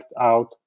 Out